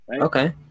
Okay